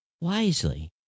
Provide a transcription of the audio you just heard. wisely